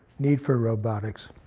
need for robotics.